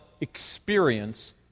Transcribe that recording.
experience